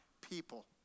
people